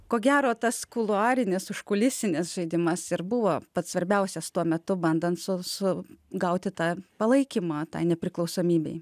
ko gero tas kuluarinis užkulisinis žaidimas ir buvo pats svarbiausias tuo metu bandant su su gauti tą palaikymą tai nepriklausomybei